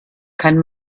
kann